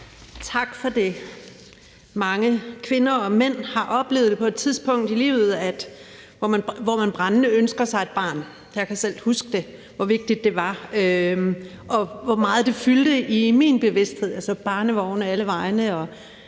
Tak for det. Mange kvinder og mænd har oplevet et tidspunkt i livet, hvor man brændende ønsker sig et barn. Jeg kan selv huske, hvor vigtigt det var, og hvor meget det fyldte i min bevidsthed. Jeg så barnevogne alle vegne,